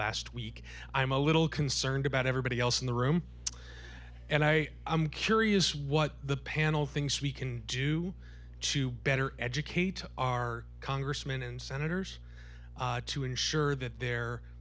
last week i'm a little concerned about everybody else in the room and i am curious what the panel thinks we can do to better educate our congressmen and senators to ensure that they're